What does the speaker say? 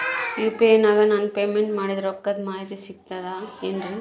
UPI ನಾಗ ನಾನು payment ಮಾಡಿದ ರೊಕ್ಕದ ಮಾಹಿತಿ ಸಿಕ್ತದೆ ಏನ್ರಿ?